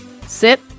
sit